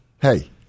Hey